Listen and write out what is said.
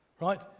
Right